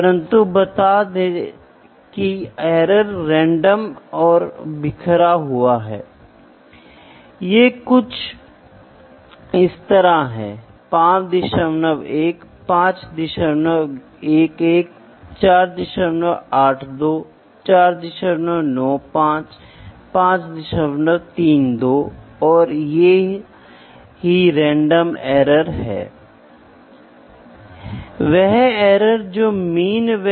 तो आप देखते हैं कि ये सभी चीजें कंस्ट्रेनटस् हैं लेकिन अंत में मैं एक मॉडल विकसित करके इस प्रक्रिया को समझ सकता हूं और यह मॉडल केवल इन स्थितियों के लिए मान्य है